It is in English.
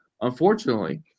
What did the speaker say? Unfortunately